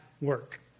work